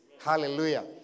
hallelujah